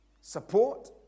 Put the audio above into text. support